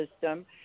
system